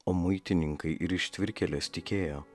o muitininkai ir ištvirkėlės tikėjo